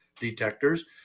detectors